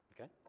Okay